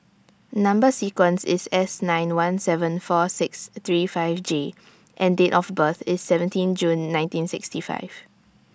Number sequence IS S nine one seven four six three five J and Date of birth IS seventeen June nineteen sixty five